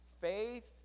Faith